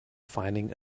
finding